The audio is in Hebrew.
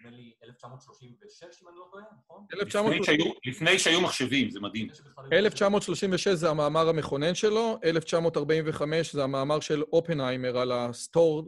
נראה לי, 1936, אם אני לא טועה, נכון? 1936. לפני שהיו מחשבים, זה מדהים. 1936 זה המאמר המכונן שלו, 1945 זה המאמר של אופנהיימר על ה-stored